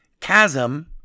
Chasm